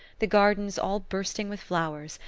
the gardens all bursting with flowers,